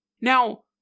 now